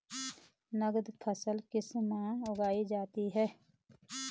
नकदी फसल किस माह उगाई जाती है?